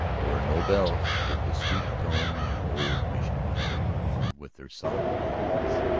there are no bells with the sweet tone of old mission bells, or with their soft eloquence.